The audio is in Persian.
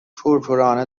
کورکورانه